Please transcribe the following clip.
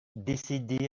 décédés